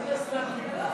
מה זה "סתם קיבלו"?